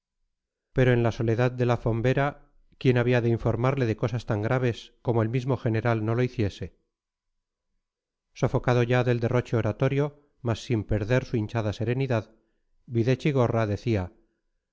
pero en la soledad de la fombera quién había de informarle de cosas tan graves como el mismo general no lo hiciese sofocado ya del derroche oratorio mas sin perder su hinchada serenidad videchigorra decía